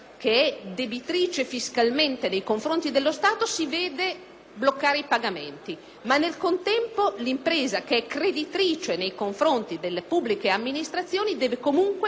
bloccare i pagamenti, ma nel contempo l'impresa creditrice nei confronti delle pubbliche amministrazioni deve comunque continuare a pagare allo Stato ciò che deve. Noi chiediamo